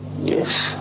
Yes